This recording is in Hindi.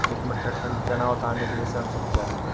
एक मीट्रिक टन चना उतारने के लिए श्रम शुल्क क्या है?